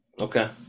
Okay